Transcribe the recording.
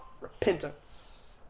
repentance